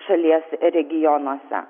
šalies regionuose